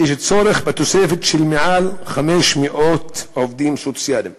יש צורך בתוספת של מעל 500 עובדים סוציאליים